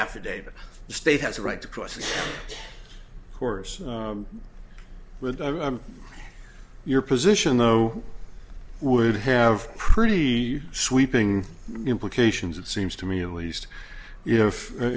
affidavit state has a right to cross of course with your position though would have pretty sweeping implications it seems to me at least if